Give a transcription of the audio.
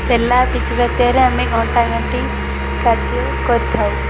ବେଲା ପିଠା ପାତିଆରେ ଆମେ ଘଣ୍ଟା ଘାଣ୍ଟି କାର୍ଯ୍ୟ କରିଥାଉ